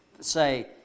say